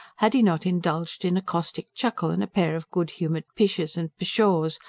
had he not indulged in a caustic chuckle and a pair of good-humoured pishes and pshaws,